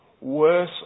worse